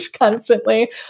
constantly